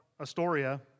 Astoria